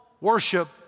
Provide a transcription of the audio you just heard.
worship